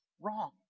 wrong